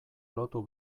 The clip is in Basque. lotu